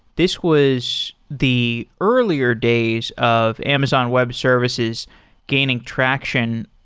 this was the earlier days of amazon web services gaining traction.